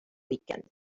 weekend